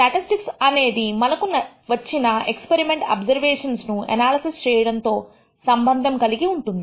statistics అనేది మనకు వచ్చిన ఎక్స్పరిమెంట్ అబ్సర్వేషన్స్ ను ఎనాలిసిస్ చేయడం తో సంబంధము కలిగి ఉంటుంది